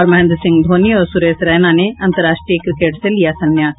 और महेन्द्र सिंह धोनी और सुरेश रैना ने अंतर्राष्ट्रीय क्रिकेट से लिया संन्यास